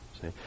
See